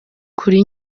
kuri